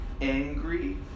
angry